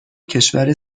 کشور